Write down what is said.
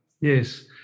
Yes